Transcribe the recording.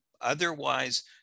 Otherwise